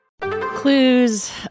Clues